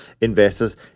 investors